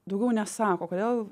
daugiau nesako kodėl